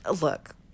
look